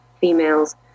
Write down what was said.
females